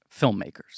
filmmakers